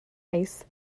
ice